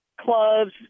Clubs